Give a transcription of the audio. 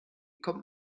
kommt